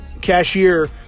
Cashier